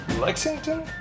Lexington